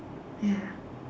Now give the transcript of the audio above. ya